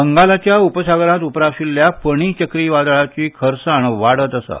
बंगालाच्या उपसागरांत उप्राशिल्ल्या फणी चक्रीवादळाची गती वाडत आसा